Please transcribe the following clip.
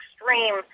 extreme